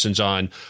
On